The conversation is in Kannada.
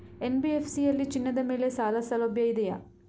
ಎನ್.ಬಿ.ಎಫ್.ಸಿ ಯಲ್ಲಿ ಚಿನ್ನದ ಮೇಲೆ ಸಾಲಸೌಲಭ್ಯ ಇದೆಯಾ?